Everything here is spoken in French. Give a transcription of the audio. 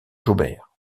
jobert